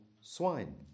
swine